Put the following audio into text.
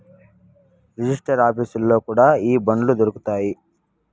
register ఆఫీసుల్లో కూడా ఈ బాండ్లు దొరుకుతాయి